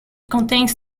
contains